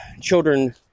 children